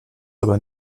aber